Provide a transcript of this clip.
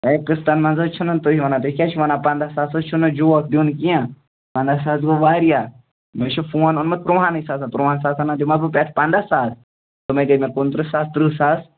ہے قٕسطن منٛز حظ چھِنہٕ تُہۍ ونان تُہۍ کیٛاہ چھُو ونان پنٛداہ ساس حظ چھُنہٕ جوک دیُن کیٚنٛہہ پنٛداہ ساس گوٚو واریاہ مےٚ چھُو فون اوٚنمُت تُرہانٕے ساسَن تُرٛہن ساسَن دِما بہٕ پٮ۪ٹھٕ پنٛداہ ساس تِم ہَے گٔے مےٚ کُنتٕرٛہ ساس تٕرٛہ ساس